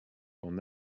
qu’en